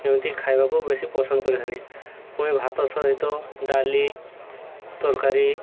ଏମିତି ଖାଇବାକୁ ବେଶୀ ପସନ୍ଦ କରିଥାନ୍ତି ପୁଣି ଭାତ ସହିତ ଡାଲି ତରକାରୀ